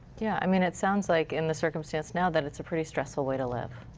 yeah i mean it sounds like in the circumstances now, that it's a pretty stressful way to live.